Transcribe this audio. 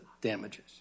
damages